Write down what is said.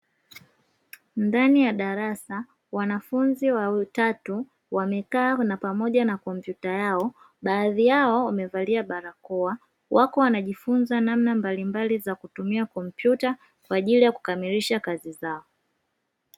Ndani ya darasa, wanafunzi watatu wamekaa pamoja na kompyuta yao, baadhi yao wamevalia barakoa; wako wanajifunza namna mbalimbali za kutumia kompyuta kwa ajili ya kukamilisha kazi zao.